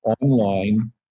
online